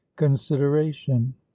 consideration